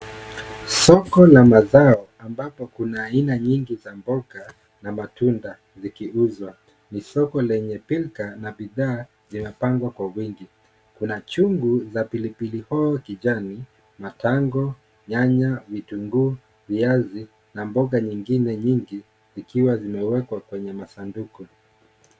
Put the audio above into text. Soko la mazao ambapo kuna aina nyingi za mboga, na matunda zikiuzwa. Ni soko lenye pilka na bidhaa zimepangwa kwa wingi. Kuna chungu za pilipili hoho kijani, matango, nyanya, vitunguu, viazi na mboga nyingine nyingi, zikiwa zimewekwa kwenye masanduku.